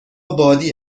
بادی